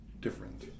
different